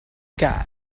god